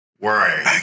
Worry